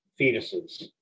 fetuses